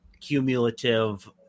cumulative